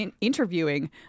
interviewing